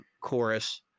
chorus